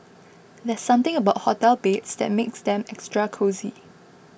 there's something about hotel beds that makes them extra cosy